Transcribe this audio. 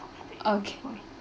okay